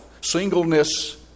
singleness